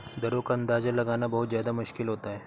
दरों का अंदाजा लगाना बहुत ज्यादा मुश्किल होता है